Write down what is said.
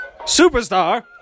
superstar